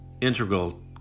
integral